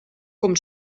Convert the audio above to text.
com